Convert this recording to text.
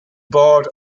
board